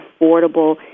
affordable